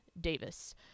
Davis